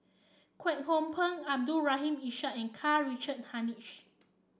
Kwek Hong Png Abdul Rahim Ishak and Karl Richard Hanitsch